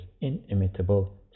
inimitable